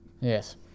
Yes